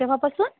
केव्हापासून